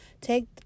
take